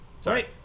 Sorry